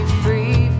free